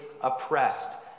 oppressed